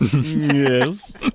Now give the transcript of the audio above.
Yes